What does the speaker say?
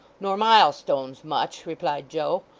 nor milestones much replied joe.